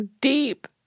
deep